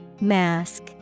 mask